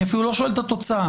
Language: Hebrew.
אני אפילו לא שואל מה התוצאה,